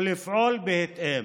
ולפעול בהתאם.